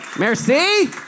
Merci